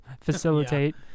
facilitate